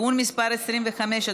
(תיקון מס' 25),